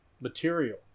material